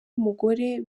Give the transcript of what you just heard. umugore